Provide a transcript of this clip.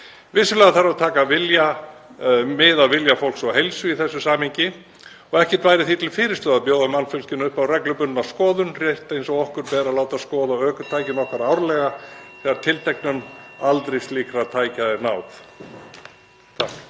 Vissulega þarf að taka mið af vilja fólks og heilsu í þessu samhengi og ekkert væri því til fyrirstöðu að bjóða mannfólkinu upp á reglubundna skoðun rétt eins og okkur ber að láta skoða ökutækin okkar árlega þegar tilteknum aldri slíkra tækja er náð.